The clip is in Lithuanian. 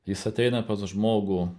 jis ateina pas žmogų